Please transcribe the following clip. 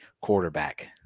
quarterback